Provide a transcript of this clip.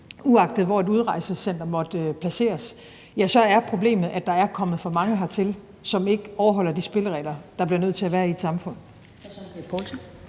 uanset hvor et udrejsecenter måtte blive placeret, er problemet, at der er kommet for mange hertil, som ikke overholder de spilleregler, der bliver nødt til at være i et samfund.